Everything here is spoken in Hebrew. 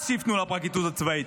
אז שיפנו לפרקליטות הצבאית,